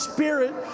Spirit